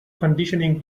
conditioning